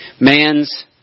Man's